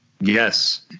Yes